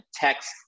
text